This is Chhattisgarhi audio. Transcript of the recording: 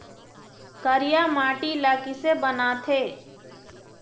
करिया माटी ला किसे बनाथे?